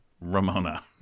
Ramona